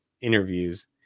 interviews